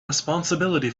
responsibility